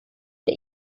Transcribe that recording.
der